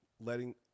letting